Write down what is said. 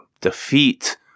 defeat